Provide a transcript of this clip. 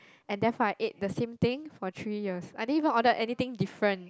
and therefore I ate the same thing for three years I didn't even order anything different